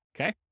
Okay